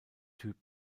typ